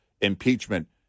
impeachment